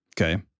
Okay